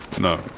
no